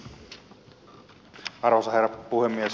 arvoisa herra puhemies